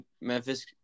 Memphis